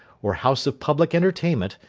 or house of public entertainment,